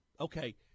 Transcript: okay